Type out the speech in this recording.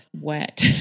wet